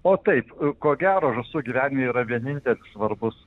o taip ko gero žąsų gyvenime yra vienintelis svarbus